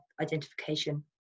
identification